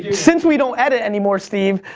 since we don't edit anymore, steve,